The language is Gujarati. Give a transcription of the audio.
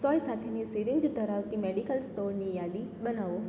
સોય સાથેની સિરિન્જ ધરાવતી મેડિકલ સ્ટોરની યાદી બનાવો